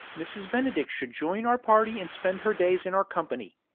mrs. benedict should join our party and spend her days in our company?